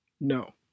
No